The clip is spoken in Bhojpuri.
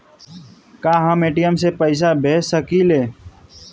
का हम ए.टी.एम से पइसा भेज सकी ले?